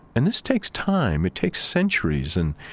and this takes time. it takes centuries. and,